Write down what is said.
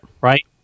Right